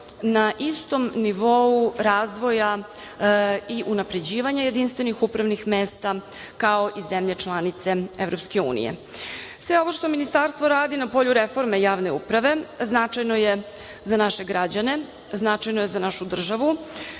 na istom nivou razvoja i unapređivanja jedinstvenih upravnih mesta, kao i zemlje članice EU.Sve ovo što Ministarstvo radi na polju reforme javne uprave, a značajno je za naše građane, značajno je za našu državu,